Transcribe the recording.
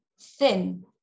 thin